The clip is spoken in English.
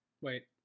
wait